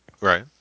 right